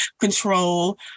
control